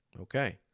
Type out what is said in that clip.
okay